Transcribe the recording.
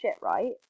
right